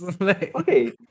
Okay